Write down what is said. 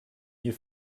you